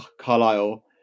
Carlisle